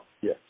Yes